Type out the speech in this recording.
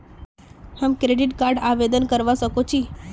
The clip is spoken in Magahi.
हम क्रेडिट कार्ड आवेदन करवा संकोची?